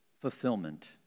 fulfillment